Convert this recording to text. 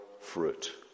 fruit